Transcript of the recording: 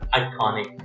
iconic